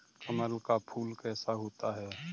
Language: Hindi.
कमल का फूल कैसा होता है?